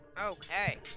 Okay